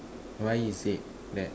why you say that